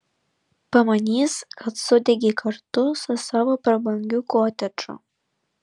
pamanys kad sudegei kartu su savo prabangiu kotedžu